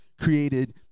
created